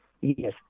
Yes